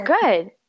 good